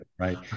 Right